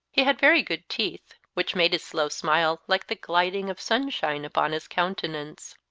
he had very good teeth, which made his slow smile like the gilding of sunshine upon his countenance.